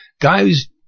Guy's